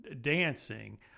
dancing